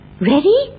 Ready